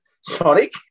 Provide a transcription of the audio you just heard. Sonic